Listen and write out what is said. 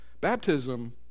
Baptism